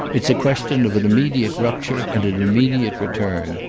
it's a question of an immediate rupture and an immediate return.